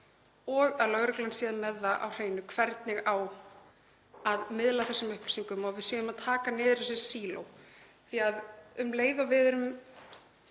og lögreglan sé með það á hreinu hvernig eigi að miðla þessum upplýsingum og að við séum að taka niður þessi síló?